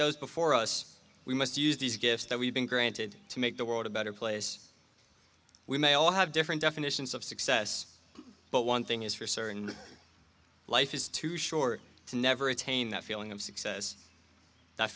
those before us we must use these gifts that we've been granted to make the world a better place we may all have different definitions of success but one thing is for certain life is too short to never attain that feeling of success th